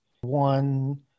one